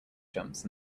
jumps